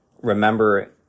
remember